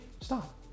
stop